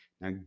Now